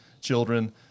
children